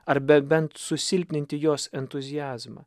ar be bent susilpninti jos entuziazmą